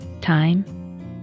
time